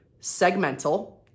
segmental